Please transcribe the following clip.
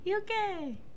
Okay